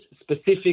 specific